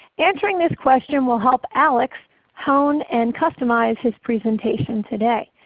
answering this question will help alex hone and customize his presentation today.